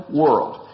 world